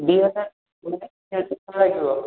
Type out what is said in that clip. ଦୁଇ ହଜାର ଜଣକା ଆଉ ଶୁକ୍ରବାର ଯିବ